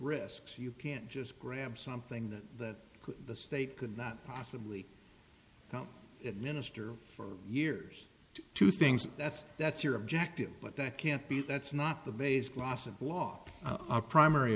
risks you can't just grab something that the state could not possibly know minister for years to things that's that's your objective but that can't be that's not the base class of law our primary